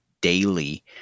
daily